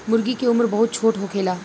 मूर्गी के उम्र बहुत छोट होखेला